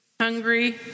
hungry